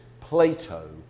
Plato